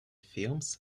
films